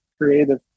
creative